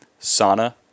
Sauna